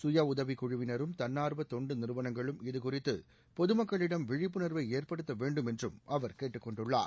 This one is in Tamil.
சுயஉதவி குழுவினரும் தன்னார்வ தொண்டு நிறுவனங்களும் இதுநித்து பொதுமக்களிடம் விழிப்புணர்வை ஏற்படுத்த வேண்டும் என்றும் அவர் கேட்டுக் கொண்டுள்ளார்